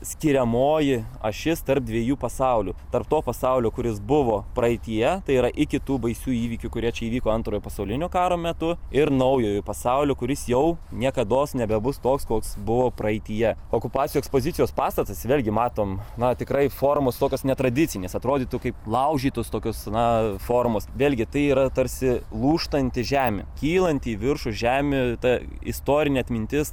skiriamoji ašis tarp dviejų pasaulių tarp to pasaulio kuris buvo praeityje tai yra iki tų baisių įvykių kurie čia įvyko antrojo pasaulinio karo metu ir naujojo pasaulio kuris jau niekados nebebus toks koks buvo praeityje okupacijų ekspozicijos pastatas vėlgi matom na tikrai formos tokios netradicinės atrodytų kaip laužytos tokios na formos vėlgi tai yra tarsi lūžtanti žemė kylant į viršų žemė ta istorinė atmintis